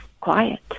quiet